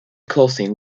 clothing